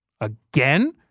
Again